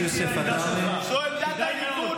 כדאי שזו תהיה העמדה שלך.